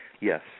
Yes